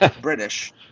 british